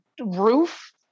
roof